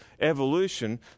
evolution